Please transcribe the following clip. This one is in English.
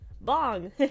bong